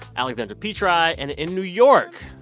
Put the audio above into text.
alexandra petri, and in new york,